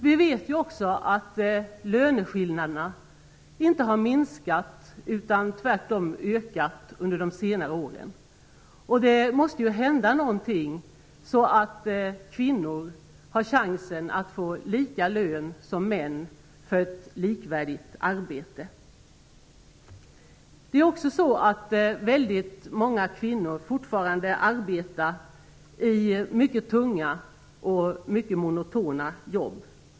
Vi vet också att löneskillnaderna inte har minskat, utan tvärtom ökat under de senare åren. Det måste hända någonting, så att kvinnor har chansen att få lika lön som män för ett likvärdigt arbete. Väldigt många kvinnor arbetar också fortfarande i mycket tunga och monotona jobb.